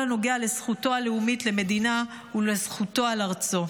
הנוגע לזכותו הלאומית למדינה ולזכותו על ארצו.